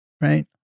Right